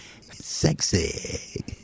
Sexy